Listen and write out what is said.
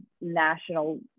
national